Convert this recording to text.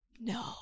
no